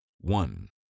One